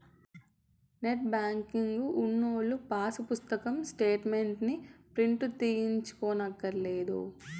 net banking ఉన్నోల్లు pass పుస్తకం స్టేటు మెంట్లుని ప్రింటు తీయించుకోనక్కర్లే